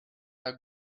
how